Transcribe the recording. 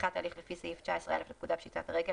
פתיחת הליך לפי סעיף 19א לפקודת פשיטת רגל,